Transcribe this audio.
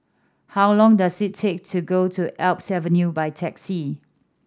how long does it take to go to Alps Avenue by taxi